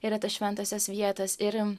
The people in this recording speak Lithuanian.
yra tos šventosios vietos ir